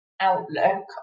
outlook